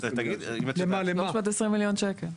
מיליון שקל.